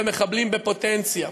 ומחבלים בפוטנציה.